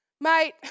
mate